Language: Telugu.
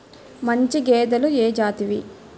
మంచి గేదెలు ఏ జాతివి?